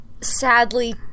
Sadly